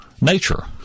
nature